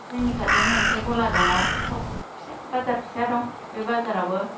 जोंनि खाथियावनो मोनसे गला दङ सक फिसा बाजार फिसा दं बे बाजारआवबो